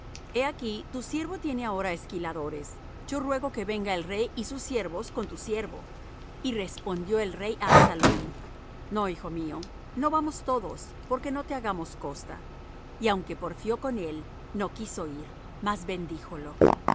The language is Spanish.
he aquí tu siervo tiene ahora esquiladores yo ruego que venga el rey y sus siervos con tu siervo y respondió el rey á absalom no hijo mío no vamos todos porque no te hagamos costa y aunque porfió con él no quiso ir mas bendíjolo entonces